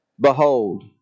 behold